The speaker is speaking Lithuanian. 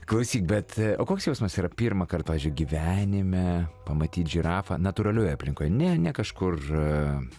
klausyk bet o koks jausmas yra pirmą kart pavyzdžiui gyvenime pamatyt žirafą natūralioje aplinkoje ne ne kažkur